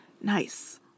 Nice